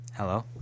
Hello